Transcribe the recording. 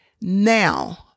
Now